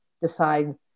decide